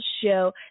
show